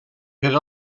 per